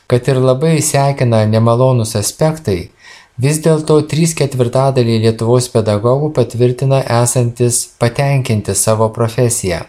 kad ir labai sekina nemalonūs aspektai vis dėlto trys ketvirtadaliai lietuvos pedagogų patvirtina esantys patenkinti savo profesija